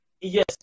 Yes